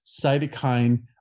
cytokine